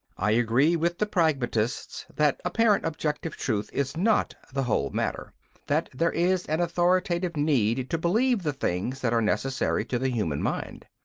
i agree with the pragmatists that apparent objective truth is not the whole matter that there is an authoritative need to believe the things that are necessary to the human mind.